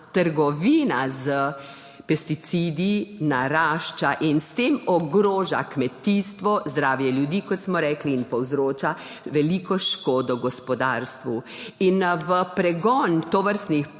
trgovina s pesticidi narašča in s tem ogroža kmetijstvo, zdravje ljudi, kot smo rekli, in povzroča veliko škodo gospodarstvu. V pregon tovrstnih